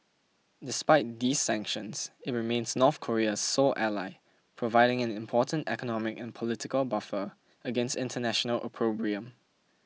despite these sanctions it remains North Korea's sole ally providing an important economic and political buffer against international opprobrium